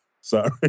sorry